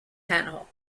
panel